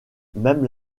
même